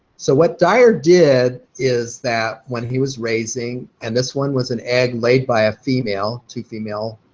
so what dyar did is that when he was raising, and this one was an egg laid by a female, two female